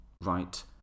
right